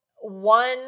one